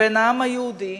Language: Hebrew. בין העם היהודי,